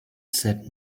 said